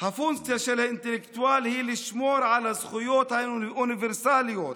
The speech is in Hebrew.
"הפונקציה של האינטלקטואל היא לשמור על הזכויות האוניברסליות